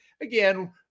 Again